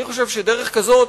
אני חושב שדרך כזאת